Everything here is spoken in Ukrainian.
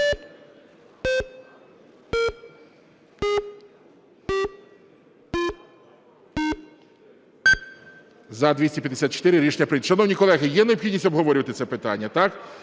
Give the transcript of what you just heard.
За-254 Рішення прийнято. Шановні колеги, є необхідність обговорювати це питання?